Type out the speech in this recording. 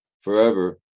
forever